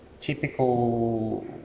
typical